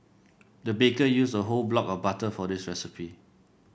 the baker used a whole block of butter for this recipe